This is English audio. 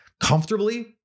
comfortably